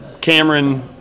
Cameron